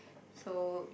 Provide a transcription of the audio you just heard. so